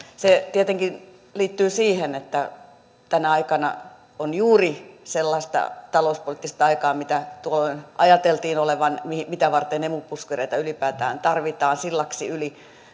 se tietenkin liittyy siihen että tänä aikana on juuri sellaista talouspoliittista aikaa mitä tuolloin ajateltiin olevan mitä mitä varten emu puskureita ylipäätään tarvitaan sillaksi yli